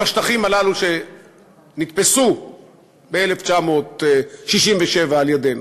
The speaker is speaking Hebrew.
ובשטחים הללו שנתפסו ב-1967 על-ידינו,